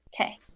okay